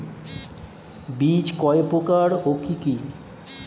বীজ কয় প্রকার ও কি কি?